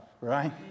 right